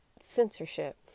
censorship